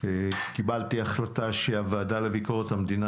קיבלתי החלטה שהוועדה לביקורת המדינה